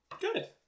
Good